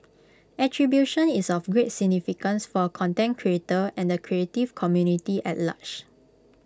attribution is of great significance for A content creator and the creative community at large